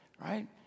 right